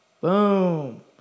Boom